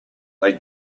they